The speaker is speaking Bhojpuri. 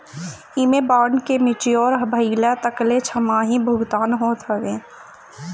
एमे बांड के मेच्योर भइला तकले छमाही भुगतान होत हवे